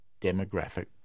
demographic